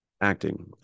acting